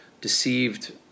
deceived